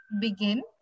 begin